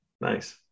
Nice